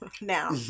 Now